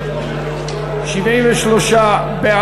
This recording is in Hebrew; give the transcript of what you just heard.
מאיר שטרית לסגן ליושב-ראש הכנסת נתקבלה.